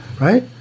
Right